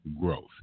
growth